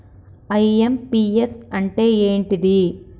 IMPS అంటే ఏంటిది?